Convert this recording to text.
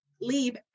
leave